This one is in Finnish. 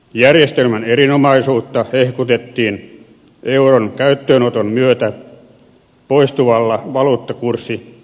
järjestelmän erinomaisuutta hehkutettiin euron käyttöönoton myötä poistuvalla valuuttakurssiriskillä